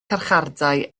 carchardai